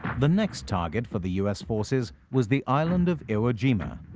the next target for the u s. forces was the island of iwo jima.